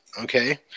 Okay